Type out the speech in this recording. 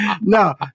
No